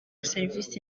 serivisi